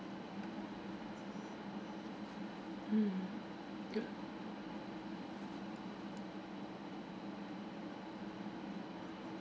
mm